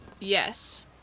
Yes